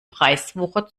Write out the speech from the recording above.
preiswucher